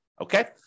Okay